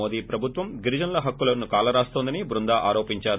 మోదీ ప్రభుత్వం గిరేజనుల హక్కులను కాలరాన్తోందని బృందా ఆరోపించారు